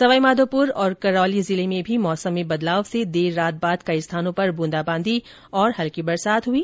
सवाई माधोपुर और करौली जिले में भी मौसम में बदलाव से देर रात बाद कई स्थानों पर बूंदाबांदी और हल्की बरसात हुई